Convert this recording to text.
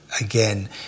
again